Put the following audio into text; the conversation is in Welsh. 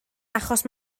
achos